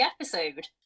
episode